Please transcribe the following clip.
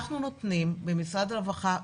אנחנו במשרד הרווחה נותנים,